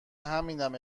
همینم